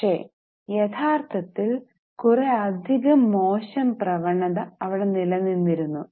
പക്ഷേ യഥാർത്ഥത്തിൽ കുറെ അധികം മോശം പ്രവണത അവിടെ നിലനിന്നിരുന്നു